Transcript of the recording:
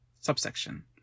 subsection